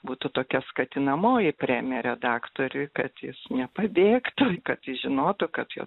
būtų tokia skatinamoji premija redaktoriui kad jis nepabėgtų kad jis žinotų kad jo